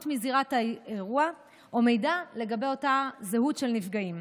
מזירת האירוע או מידע על זהות של נפגעים.